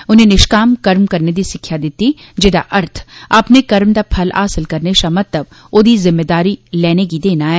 उनें निष्काम कर्म करने दी सिक्खेया दिती जेहदा अर्थ अ ने कर्म दा फल हासिल करने शा मता महत्व ओदी जिम्मेदारी लैने गी देना ऐ